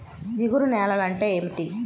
జిగురు నేలలు అంటే ఏమిటీ?